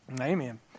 Amen